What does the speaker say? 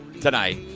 tonight